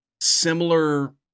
similar